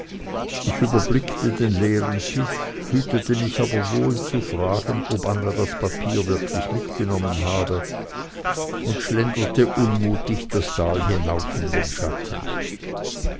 ich überblickte den leeren tisch hütete mich aber wohl zu fragen ob anna das papier wirklich mitgenommen habe und schlenderte unmutig das tal hinauf in den schatten